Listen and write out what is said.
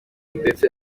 ndetse